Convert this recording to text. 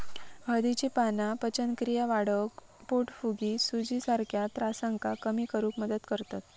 हळदीची पाना पचनक्रिया वाढवक, पोटफुगी, सुजीसारख्या त्रासांका कमी करुक मदत करतत